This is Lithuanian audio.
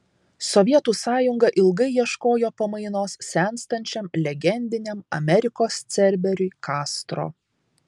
sovietų sąjunga ilgai ieškojo pamainos senstančiam legendiniam amerikos cerberiui kastro